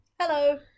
Hello